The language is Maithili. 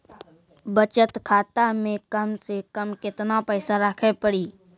बचत खाता मे कम से कम केतना पैसा रखे पड़ी?